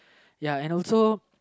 ya and also